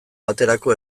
baterako